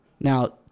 Now